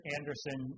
Anderson